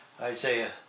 Isaiah